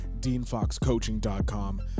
DeanFoxCoaching.com